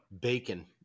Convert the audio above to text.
bacon